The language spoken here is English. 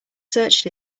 searched